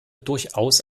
durchaus